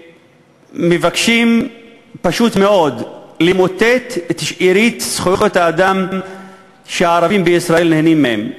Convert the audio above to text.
שמבקשים פשוט מאוד למוטט את שארית זכויות האדם שערבים בישראל נהנים מהן.